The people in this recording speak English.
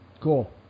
Cool